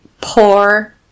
poor